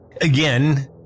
Again